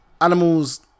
animals